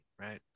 Right